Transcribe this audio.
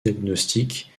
diagnostiques